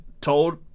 told